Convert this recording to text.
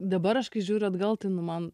dabar aš kai žiūriu atgal tai nu man